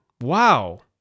Wow